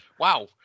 Wow